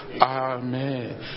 Amen